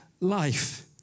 life